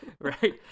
Right